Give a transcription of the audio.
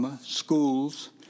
schools